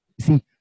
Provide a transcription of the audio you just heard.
See